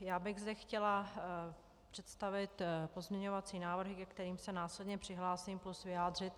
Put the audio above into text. Já bych zde chtěla představit pozměňovací návrhy, ke kterým jsem se následně přihlásím, plus vyjádřit